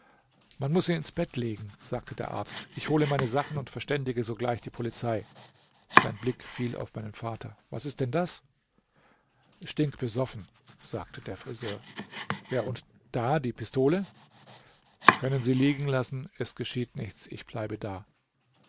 man muß sie ins bett legen sagte der arzt ich hole meine sachen und verständige sogleich die polizei sein blick fiel auf meinen vater was ist denn das stinkbesoffen sagte der friseur ja und da die pistole können sie liegen lassen es geschieht nichts ich bleibe da